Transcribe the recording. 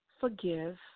forgive